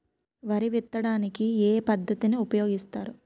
వరి విత్తడానికి ఏ పద్ధతిని ఉపయోగిస్తారు?